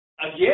again